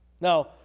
Now